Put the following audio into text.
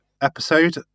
episode